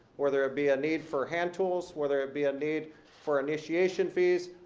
whether it be a need for hand tools. whether it be a need for initiation fees.